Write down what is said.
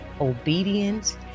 obedience